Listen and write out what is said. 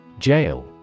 Jail